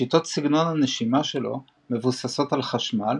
שיטות סגנון הנשימה שלו מבוססות על חשמל